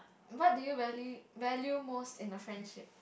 what do you value value most in a friendship